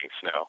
snow